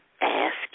ask